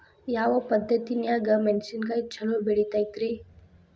ಯಾವ ಪದ್ಧತಿನ್ಯಾಗ ಮೆಣಿಸಿನಕಾಯಿ ಛಲೋ ಬೆಳಿತೈತ್ರೇ?